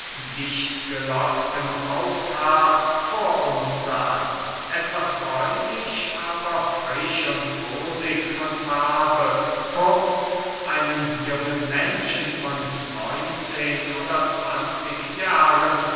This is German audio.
dichtgelocktem haupthaar vor uns sahen etwas bräunlich aber frisch und rosig von farbe kurz einen jungen menschen von neunzehn oder zwanzig jahren